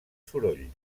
soroll